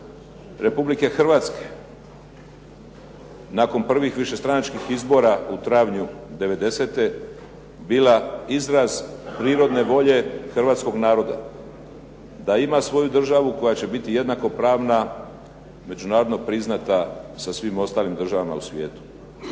Republike Hrvatske nakon prvih višestranačkih izbora u travnju devedesete bila izraz prirodne volje hrvatskog naroda da ima svoju državu koja će biti jednakopravna, međunarodno priznata sa svim ostalim državama u svijetu.